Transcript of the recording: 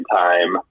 time